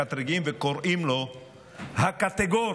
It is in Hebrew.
מקטרגים וקוראים לו "הקטגור",